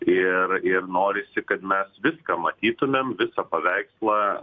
ir ir norisi kad mes viską matytumėm visą paveikslą